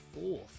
fourth